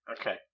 Okay